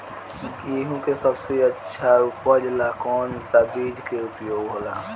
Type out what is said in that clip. गेहूँ के सबसे अच्छा उपज ला कौन सा बिज के उपयोग होला?